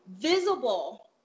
visible